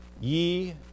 Ye